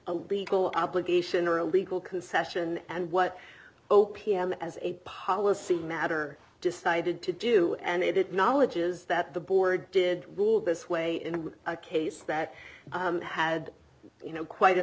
a legal obligation or a legal concession and what o p m as a policy matter decided to do and it knowledge is that the board did rule this way in a case that had you know quite a